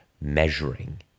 measuring